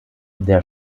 der